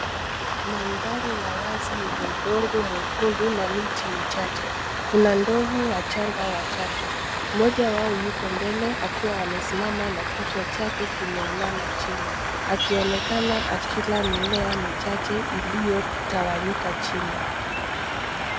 Mandhari ya wazi yenye udongo mwekundu na miti michache. Kuna ndovu wachanga watatu. Mmoja wao yuko mbele akiwa amesimama na kichwa chake kimeinama chini akionekana akila mimea michache iliyotawanyika chini.